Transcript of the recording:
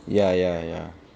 ya ya ya